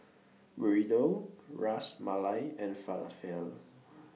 Burrito Ras Malai and Falafel